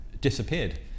disappeared